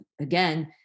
again